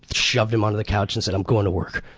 shoved him under the couch and said, i'm going to work